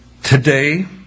Today